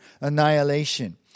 annihilation